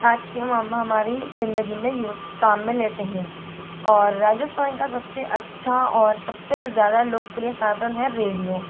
आज कि हम हमारी ज़िंदगी में यूज़ काम में लेते हैं और राजस्थान का सबसे अच्छा और सबसे ज़्यादा लोकप्रिय साधन है रेडियो